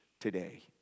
today